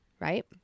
right